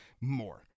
more